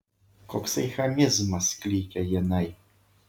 koksai chamizmas klykia jinai